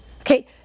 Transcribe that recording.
Okay